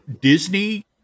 Disney